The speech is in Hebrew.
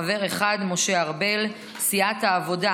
חבר אחד: משה ארבל, מסיעת העבודה,